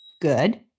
good